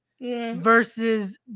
versus